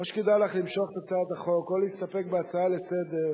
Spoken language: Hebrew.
או שכדאי לך למשוך את הצעת החוק או להסתפק בהצעה לסדר-היום,